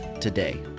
today